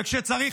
וכשצריך,